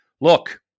Look